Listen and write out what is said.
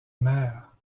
mère